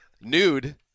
Nude